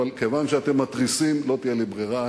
אבל כיוון שאתם מתריסים לא תהיה לי ברירה,